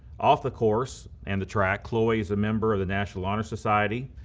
off the course and the track, chloe is a member of the national honor society.